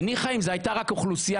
וניחא אם זו הייתה רק אוכלוסייה,